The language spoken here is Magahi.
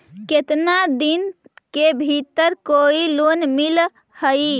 केतना दिन के भीतर कोइ लोन मिल हइ?